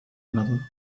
another